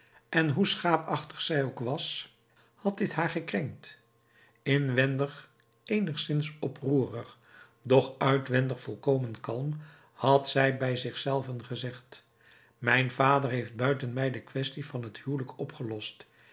en hoe schaapachtig zij ook was had dit haar gekrenkt inwendig eenigszins oproerig doch uitwendig volkomen kalm had zij bij zich zelve gezegd mijn vader heeft buiten mij de quaestie van het huwelijk opgelost